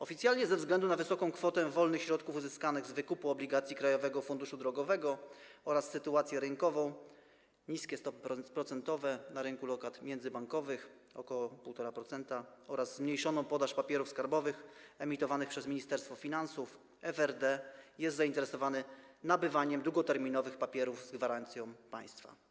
Oficjalnie ze względu na wysoką kwotę wolnych środków uzyskanych z wykupu obligacji Krajowego Funduszu Drogowego oraz sytuację rynkową: niskie stopy procentowe na rynku lokat międzybankowych, ok. 1,5%, oraz zmniejszoną podaż papierów skarbowych emitowanych przez Ministerstwo Finansów, FRD jest zainteresowany nabywaniem długoterminowych papierów z gwarancją państwa.